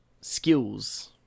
skills